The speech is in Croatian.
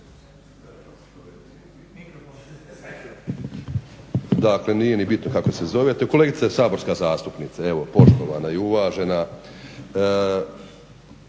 Dakle, nije ni bitno kako se zovete. Kolegice saborska zastupnice, evo poštovana i uvažena